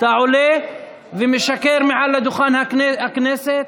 אתה עולה ומשקר מעל דוכן הכנסת.